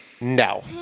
No